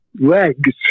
legs